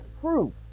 proof